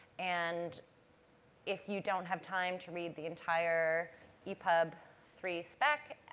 and if you don't have time to read the entire epub three spec,